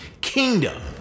kingdom